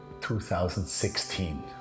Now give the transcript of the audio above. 2016